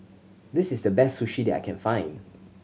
this is the best Sushi I can find